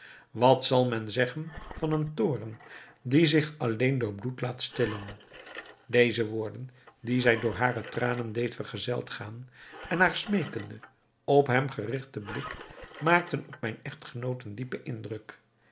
wat zal men zeggen van een toorn die zich alleen door bloed laat stillen deze woorden die zij door hare tranen deed vergezeld gaan en haar smeekende op hem gerigte blik maakten op mijn echtgenoot een diepen indruk